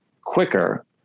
quicker